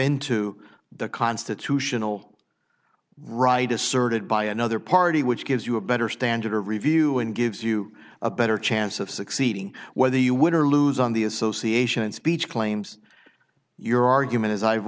into the constitutional right asserted by another party which gives you a better standard of review and gives you a better chance of succeeding whether you win or lose on the association speech claims your argument is i've